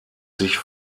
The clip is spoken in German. sich